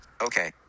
Okay